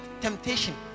temptation